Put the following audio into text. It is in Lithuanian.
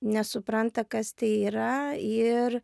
nesupranta kas tai yra ir